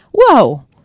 whoa